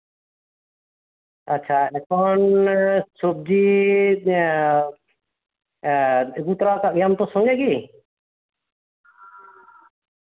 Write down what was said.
ᱟᱪᱪᱷᱟ ᱮᱠᱷᱚᱱ ᱥᱚᱵᱡᱤ ᱟᱹᱜᱩ ᱛᱚᱨᱟᱣᱟᱠᱟᱫ ᱜᱮᱭᱟᱢ ᱛᱚ ᱥᱚᱸᱜᱮ ᱛᱮ